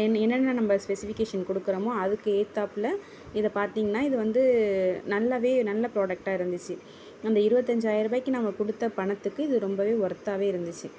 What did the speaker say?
என்னென்ன நம்ம ஸ்பெசிஃபிக்கேஷன் கொடுக்குறோமோ அதுக்கு ஏத்தாப்பில இதை பார்த்திங்கன்னா இது வந்து நல்லாவே நல்ல ப்ராடெக்ட்டாக இருந்துச்சு அந்த இருபத்தஞ்சாயரூபாக்கி நாங்கள் கொடுத்த பணத்துக்கு இது ரொம்பவே ஒர்த்தாகவே இருந்துச்சு